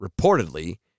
reportedly